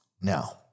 now